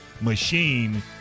machine